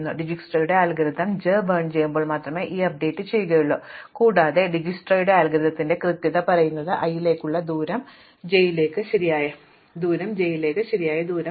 അതിനാൽ ഡിജ്സ്ക്രയുടെ അൽഗോരിതം ഞങ്ങൾ ജെ ബേൺ ചെയ്യുമ്പോൾ മാത്രമേ ഞങ്ങൾ ഈ അപ്ഡേറ്റ് ചെയ്യുകയുള്ളൂ കൂടാതെ ഡിജ്സ്ക്രയുടെ അൽഗോരിത്തിന്റെ കൃത്യത പറയുന്നു j യിലേക്കുള്ള ദൂരം j ലേക്ക് ശരിയായ ദൂരം